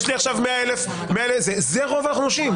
זה רוב האוכלוסייה.